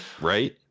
Right